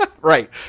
right